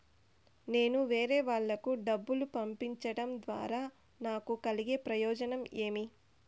నేను వేరేవాళ్లకు డబ్బులు పంపించడం ద్వారా నాకు కలిగే ప్రయోజనం ఏమి?